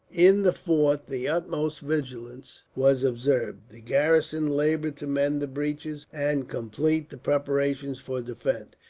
in the fort, the utmost vigilance was observed. the garrison laboured to mend the breaches, and complete the preparations for defence.